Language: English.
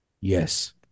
Yes